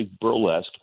burlesque